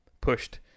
pushed